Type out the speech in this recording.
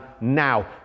now